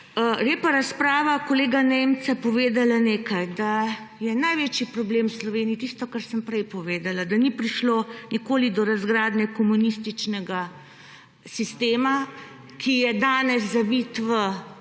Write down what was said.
Lepa razprava kolega Nemca povedala nekaj, da je največji problem v Sloveniji tisto, kar sem prej povedala, da ni prišlo nikoli do razgradnje komunističnega sistema, ki je danes zavit v